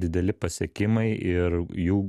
dideli pasiekimai ir jų